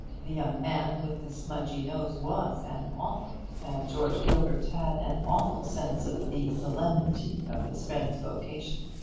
the young man with the smudgy nose was an author, and george gilbert had an awful sense of the solemnity of his friend's vocation.